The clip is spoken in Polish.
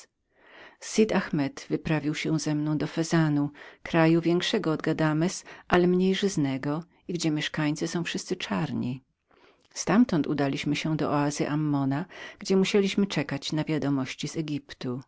w guadamo sud ahmet wyprawił mnie do feranu kraju większego od guadamo ale mniej obfitego i gdzie mieszkańcy są wszyscy czarni ztamtąd udaliśmy się do oazy ammona gdzie musieliśmy czekać na wiadomości z egiptu